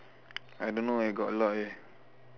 I don't know I got a lot eh